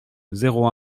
zéro